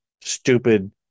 stupid